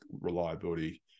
reliability